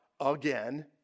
again